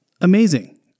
Amazing